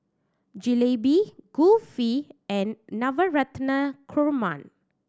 Jalebi Kulfi and Navratan Korma